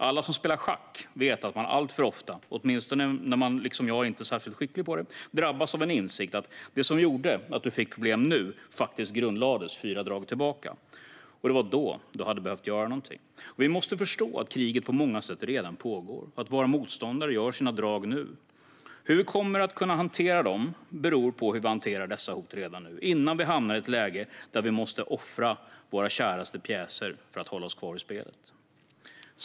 Alla som spelar schack vet att man alltför ofta, åtminstone när man liksom jag inte är särskilt skicklig, drabbas av insikten att det som ger dig problem nu faktiskt grundlades fyra drag tillbaka. Det var då du hade behövt göra något. Vi måste förstå att kriget på många sätt redan pågår och att våra motståndare gör sina drag nu. Hur vi kommer att kunna hantera dem beror på hur vi hanterar dessa hot redan nu, innan vi hamnar i ett läge där vi måste offra våra käraste pjäser för att hålla oss kvar i spelet.